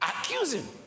Accusing